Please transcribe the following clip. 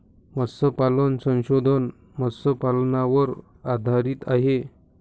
मत्स्यपालन संशोधन मत्स्यपालनावर आधारित आहे